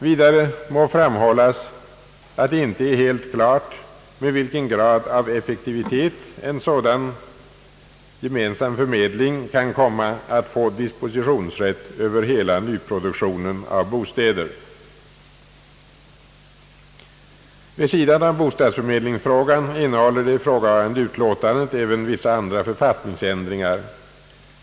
Vidare må framhållas att det inte är helt klart med vilken grad av effektivitet en sådan gemensam förmedling kan komma att få dispositionsrätt över hela byggproduktionen av bostäder. Vid sidan av bostadsförmedlingsfrågan innehåller det ifrågavarande utlåtandet även vissa andra författningsändringar.